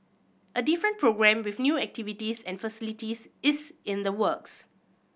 a different programme with new activities and facilities is in the works